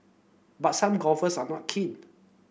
but some golfers are not keen